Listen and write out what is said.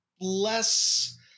less